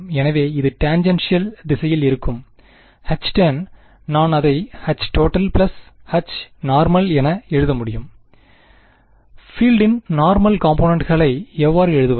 எனவே இதுடேன்ஜெண்ட்ஷியல் திசையில் இருக்கும் Htan நான் அதை Htotal Hnormalஎன எழுத முடியும் பீல்டின் நார்மல் காம்பொனன்ட்களை எவ்வாறு எழுதுவது